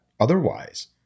Otherwise